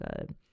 good